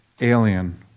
alien